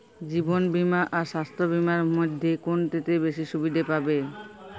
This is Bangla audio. জীবন বীমা আর স্বাস্থ্য বীমার মধ্যে কোনটিতে বেশী সুবিধে পাব?